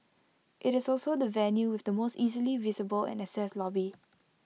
IT is also the venue with the most easily visible and accessed lobby